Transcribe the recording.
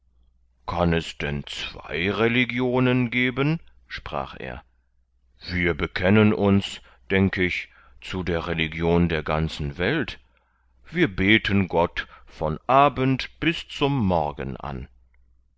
kann es denn zwei religionen geben sprach er wir bekennen uns denk ich zu der religion der ganzen welt wir beten gott von abend bis zum morgen an